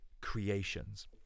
creations